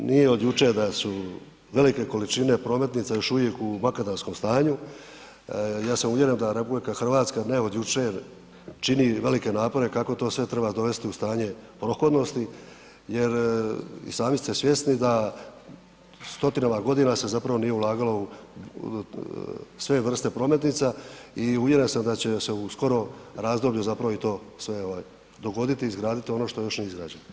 Kolega Maras, nije od jučer da su velike količine prometnica još uvijek u makadamskom stanju, ja sam uvjeren da RH ne od jučer čini velike napore kako to sve treba dovesti u stanje prohodnosti jer i sami ste svjesni da stotinama godinama se zapravo nije ulagalo u sve vrste prometnica i uvjeren sam da će se u skorom razdoblju zapravo i to sve dogoditi, izgraditi ono što još nije izgrađeno.